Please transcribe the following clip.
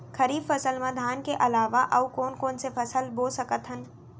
खरीफ फसल मा धान के अलावा अऊ कोन कोन से फसल बो सकत हन?